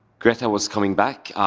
greta was coming back,